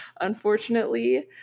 unfortunately